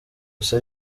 gusa